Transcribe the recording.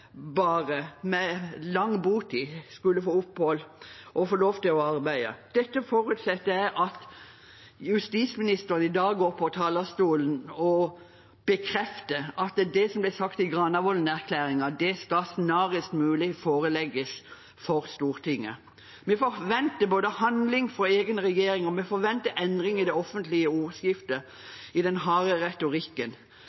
med lang botid skulle få opphold og få lov til å arbeide. Dette forutsetter jeg at justisministeren i dag går på talerstolen og bekrefter: at det som ble sagt i Granavolden-erklæringen, snarest mulig skal forelegges Stortinget. Vi forventer handling fra egen regjering, og vi forventer endring i den harde retorikken i det offentlige